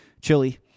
chili